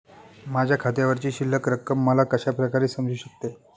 माझ्या खात्यावरची शिल्लक रक्कम मला कशा प्रकारे समजू शकते?